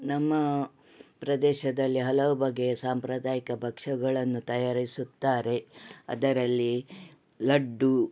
ನಮ್ಮ ಪ್ರದೇಶದಲ್ಲಿ ಹಲವು ಬಗೆಯ ಸಾಂಪ್ರದಾಯಿಕ ಭಕ್ಷ್ಯಗಳನ್ನು ತಯಾರಿಸುತ್ತಾರೆ ಅದರಲ್ಲಿ ಲಡ್ಡು